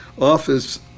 office